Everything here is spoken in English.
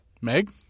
Meg